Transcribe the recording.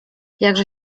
jakże